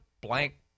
Blank